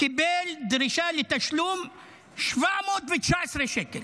קיבל דרישה לתשלום 719 שקל,